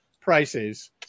prices